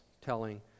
telling